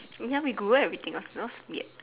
you can't be Google everything ah smells weird